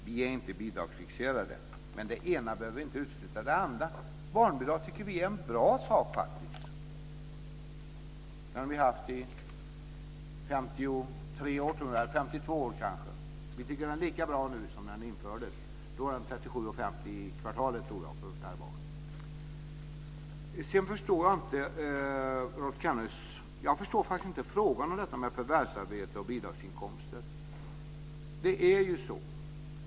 Vi är inte bidragsfixerade, men det ena behöver inte utesluta det andra. Vi tycker faktiskt att barnbidraget är en bra sak. Vi har haft det i 52 år, och vi tycker att det är lika bra nu som när det infördes. Då tror jag att det var 37:50 kr i kvartalet per barn. Sedan förstår jag faktiskt inte frågan när det gäller detta med förvärvsarbete och bidragsinkomster.